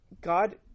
God